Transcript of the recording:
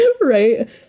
Right